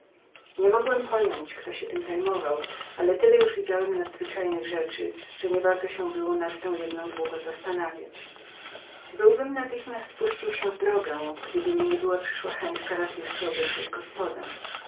staranie niemogłem pojąć ktoby się tem był zajmował ale tyle już widziałem nadzwyczajnych rzeczy że niewarto się było nad tą jedną długo zastanawiać byłbym natychmiast puścił się w drogę gdyby mi chętka nie była przyszła raz jeszcze obejrzeć